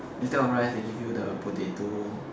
instead of rice they give you the potato